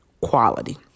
quality